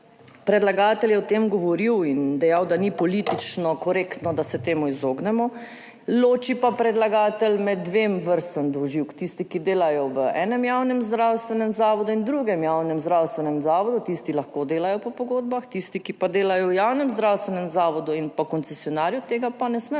predlagatelj je o tem govoril in dejal, da ni politično korektno, da se temu izognemo. Predlagatelj pa loči med dvema vrstama dvoživk, tisti, ki delajo v enem javnem zdravstvenem zavodu in drugem javnem zdravstvenem zavodu, tisti lahko delajo po pogodbah, tisti, ki pa delajo v javnem zdravstvenem zavodu in pri koncesionarju, tega pa ne smejo